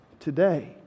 Today